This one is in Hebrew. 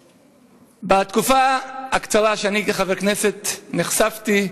בתקופה הקצרה שבה אני חבר כנסת נחשף בפני,